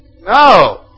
No